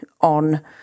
on